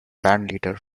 bandleader